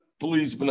please